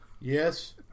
Yes